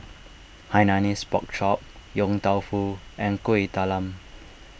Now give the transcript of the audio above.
Hainanese Pork Chop Yong Tau Foo and Kueh Talam